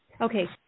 Okay